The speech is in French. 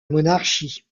monarchie